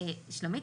שלומית,